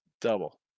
double